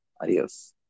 Adios